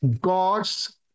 God's